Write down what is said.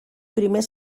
primer